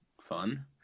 fun